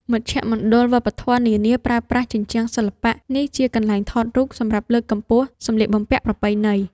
មជ្ឈមណ្ឌលវប្បធម៌នានាប្រើប្រាស់ជញ្ជាំងសិល្បៈនេះជាកន្លែងថតរូបសម្រាប់លើកកម្ពស់សម្លៀកបំពាក់ប្រពៃណី។